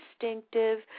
instinctive